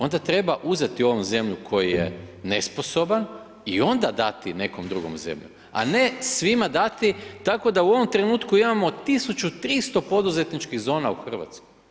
Onda treba uzeti ovom zemlju koji je nesposoban i onda dati nekom drugom zemlju a ne svima dati tako da u ovom trenutku imamo 1300 poduzetničkih zona u Hrvatskoj.